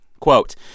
Quote